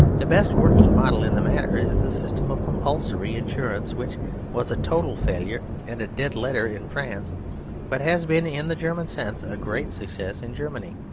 the best working model in the matter is the system of compulsory insurance which was a total failure and dead letter in france but has been, in the german sense, a great success in germany.